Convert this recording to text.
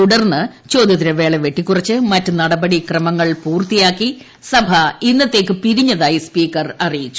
തുടർന്ന് ചോദ്യോത്തരവേള വെട്ടിക്കുറച്ച് മറ്റ് നടപടി ക്രമങ്ങൾ പൂർത്തിയാക്കി സഭ ഇന്നത്തേയ്ക്ക് പിരിഞ്ഞതായി സ്പീക്കർ അറിയിച്ചു